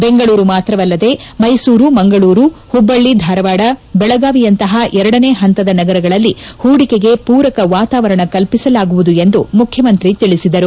ದೆಂಗಳೂರು ಮಾತ್ರವಲ್ಲದೇ ಮೈಸೂರು ಮಂಗಳೂರು ಹುಬ್ಬಳ್ದಿ ಧಾರವಾಡ ಬೆಳಗಾವಿಯಂತಪ ಎರಡನೇ ಪಂತದ ನಗರಗಳಲ್ಲಿ ಹೂಡಿಕೆಗೆ ಪೂರಕ ವಾತಾವರಣ ಕಲ್ಪಿಸಲಾಗುವುದು ಎಂದು ಮುಖ್ಯಮಂತ್ರಿ ತಿಳಿಸಿದರು